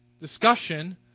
discussion